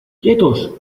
quietos